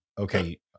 Okay